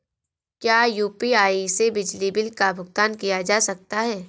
क्या यू.पी.आई से बिजली बिल का भुगतान किया जा सकता है?